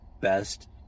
best